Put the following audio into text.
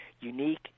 unique